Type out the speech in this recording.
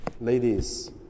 ladies